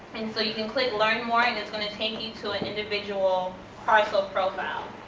and so you can click learn more, and it's gonna take you to an individual parcel profile.